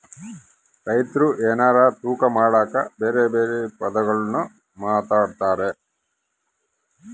ರೈತ್ರು ಎನಾರ ತೂಕ ಮಾಡಕ ಬೆರೆ ಬೆರೆ ಪದಗುಳ್ನ ಮಾತಾಡ್ತಾರಾ